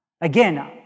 Again